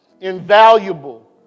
Invaluable